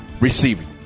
receiving